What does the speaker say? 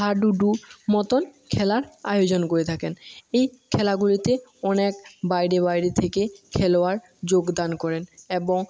হাডুডুর মতোন খেলার আয়োজন করে থাকেন এই খেলাগুলিতে অনেক বাইরে বাইরে থেকে খেলোয়াড় যোগদান করেন এবং